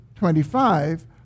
25